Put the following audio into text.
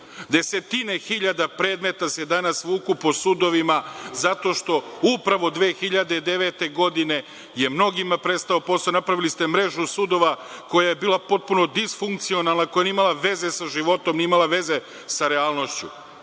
Desetine hiljada predmeta se danas vuku po sudovima zato što je upravo 2009. godine mnogima prestao posao, napravili ste mrežu sudova koja je bila potpuno disfunkcionalna, koja nije imala veze sa životom, nije imala veze sa realnošću.